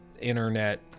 internet